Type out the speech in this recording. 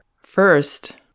first